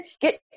get